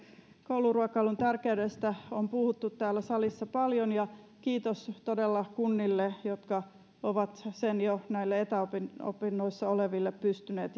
kouluruokailun tärkeydestä on puhuttu täällä salissa paljon ja kiitos todella niille kunnille jotka ovat sen jo näille etäopinnoissa etäopinnoissa oleville pystyneet